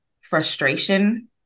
frustration